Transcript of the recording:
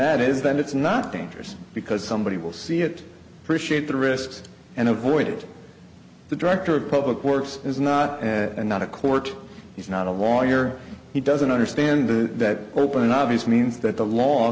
that is that it's not dangerous because somebody will see it for shit the risks and avoid it the director of public works is not a not a court he's not a lawyer he doesn't understand that open obvious means that the law